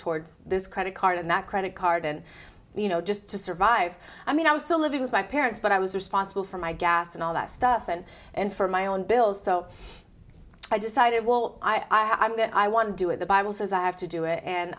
towards this credit card and that credit card and you know just to survive i mean i'm still living with my parents but i was responsible for my gas and all that stuff and and for my own bills so i decided well i am going i want to do it the bible says i have to do it and